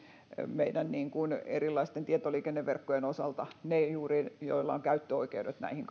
meidän erilaisten tietoliikenneverkkojen osalta juuri ne joilla on käyttöoikeudet näihin